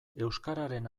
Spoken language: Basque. euskararen